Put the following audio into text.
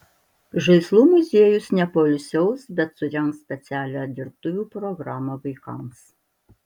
žaislų muziejus nepoilsiaus bet surengs specialią dirbtuvių programą vaikams